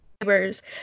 neighbors